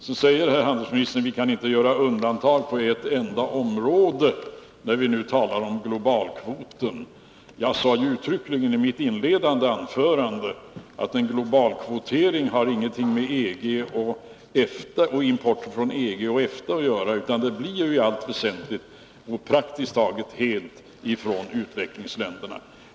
Sedan säger herr handelsministern att vi inte kan göra undantag på ett enda område, när vi nu talar om globalkvoten. Jag sade uttryckligen i mitt inledningsanförande att en globalkvotering inte har någonting med importen från EG och EFTA att göra, utan den berör praktiskt taget enbart importen från utvecklingsländerna.